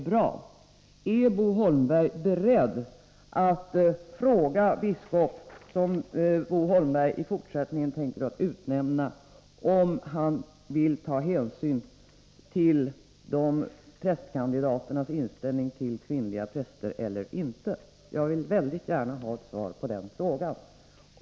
Är Bo Holmberg beredd att fråga biskop som civilministern i fortsättningen tänker utnämna om han vill ta hänsyn till prästkandidaternas inställning till kvinnliga präster? Jag vill väldigt gärna ha ett svar på den frågan.